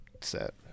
set